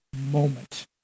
moment